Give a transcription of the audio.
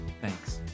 Thanks